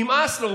נמאס לו.